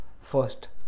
First